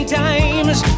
times